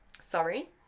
Sorry